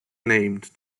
named